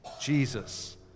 Jesus